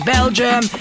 Belgium